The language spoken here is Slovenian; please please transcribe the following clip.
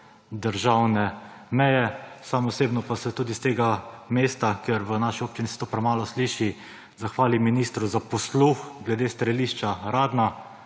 državne meje. Sam osebno pa se tudi s tega mesta, ker v naši občini se to premalo sliši, zahvalim ministru za posluh glede strelišča Radna.